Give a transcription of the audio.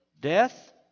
death